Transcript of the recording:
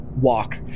walk